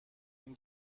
این